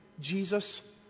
Jesus